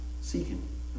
seeking